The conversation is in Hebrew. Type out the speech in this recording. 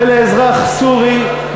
לאזרח סורי,